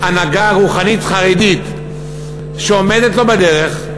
הנהגה רוחנית חרדית שעומדת לו בדרך,